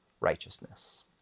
righteousness